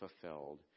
fulfilled